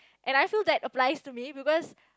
and I feel that applies to me because